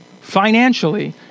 financially